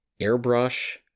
airbrush